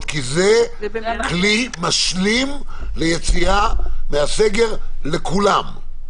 כי זה כלי משלים ליציאה מהסגר לכולם.